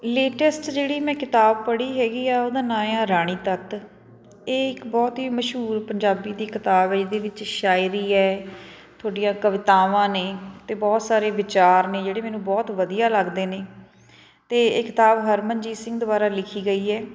latest ਜਿਹੜੀ ਮੈਂ ਕਿਤਾਬ ਪੜ੍ਹੀ ਹੈਗੀ ਆ ਉਹਦਾ ਨਾਂ ਆ ਰਾਣੀ ਤੱਤ ਇਹ ਇੱਕ ਬਹੁਤ ਹੀ ਮਸ਼ਹੂਰ ਪੰਜਾਬੀ ਦੀ ਕਿਤਾਬ ਹੈ ਇਹਦੇ ਵਿੱਚ ਸ਼ਾਇਰੀ ਹੈ ਤੁਹਾਡੀਆਂ ਕਵਿਤਾਵਾਂ ਨੇ ਅਤੇ ਬਹੁਤ ਸਾਰੇ ਵਿਚਾਰ ਨੇ ਜਿਹੜੇ ਮੈਨੂੰ ਬਹੁਤ ਵਧੀਆ ਲੱਗਦੇ ਨੇ ਅਤੇ ਇਹ ਕਿਤਾਬ ਹਰਮਨਜੀਤ ਸਿੰਘ ਦੁਆਰਾ ਲਿਖੀ ਗਈ ਹੈ